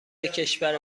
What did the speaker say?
کشور